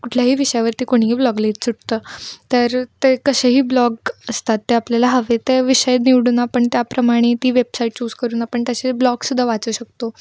कुठल्याही विषयावरती कोणीही बलॉग लिहित सुटतं तर ते कसेही ब्लॉग असतात ते आपल्याला हवे ते विषय निवडून आपण त्याप्रमाणे ती वेबसाईट चूज करून आपण तसे ब्लॉग सुद्धा वाचू शकतो